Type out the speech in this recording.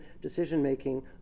decision-making